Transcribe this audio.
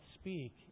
speak